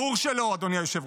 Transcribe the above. ברור שלא, אדוני היושב-ראש.